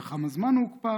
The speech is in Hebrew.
2. לכמה זמן הוא הוקפא?